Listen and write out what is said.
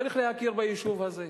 צריך להכיר ביישוב הזה.